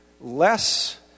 less